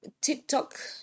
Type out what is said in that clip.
TikTok